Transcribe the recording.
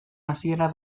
hasiera